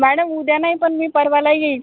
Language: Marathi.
मॅडम उद्या नाही पण मी परवाला येईल